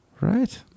right